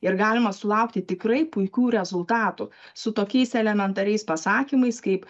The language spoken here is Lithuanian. ir galima sulaukti tikrai puikių rezultatų su tokiais elementariais pasakymais kaip